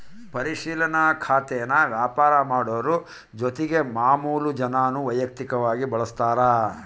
ಪರಿಶಿಲನಾ ಖಾತೇನಾ ವ್ಯಾಪಾರ ಮಾಡೋರು ಜೊತಿಗೆ ಮಾಮುಲು ಜನಾನೂ ವೈಯಕ್ತಕವಾಗಿ ಬಳುಸ್ತಾರ